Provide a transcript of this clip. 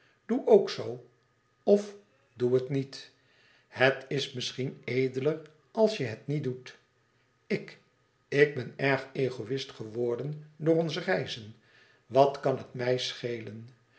doe ook zoo of doe het niet het is misschien edeler als je het niet doet ik ik ben erg egoïst geworden door ons reizen wat kan het mij schelen